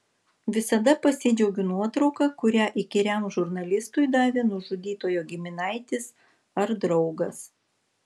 visada pasidžiaugiu nuotrauka kurią įkyriam žurnalistui davė nužudytojo giminaitis ar draugas